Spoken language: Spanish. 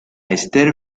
esther